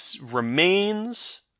remains